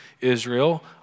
Israel